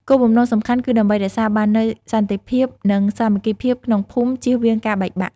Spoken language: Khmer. គោលបំណងសំខាន់គឺដើម្បីរក្សាបាននូវសន្តិភាព និងសាមគ្គីភាពក្នុងភូមិជៀសវាងការបែកបាក់។